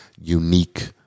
unique